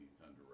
Thunder